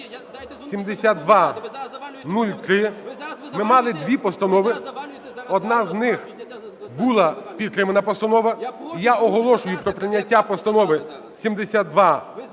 (7203). Ми мали дві постанови. Одна з них була підтримана постанова. Я оголошую про прийняття постанови 7203/П1,